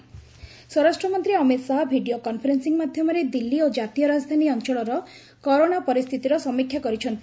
Shah review meeting ସ୍ୱରାଷ୍ଟ୍ର ମନ୍ତ୍ରୀ Amit Shah video conferencing ମାଧ୍ୟମରେ ଦିଲ୍ଲୀ ଓ ଜାତୀୟ ରାଜଧାନୀ ଅଞ୍ଚଳର କରୋନା ପରିସ୍ଥିତିର ସମୀକ୍ଷା କରିଛନ୍ତି